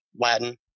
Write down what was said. Latin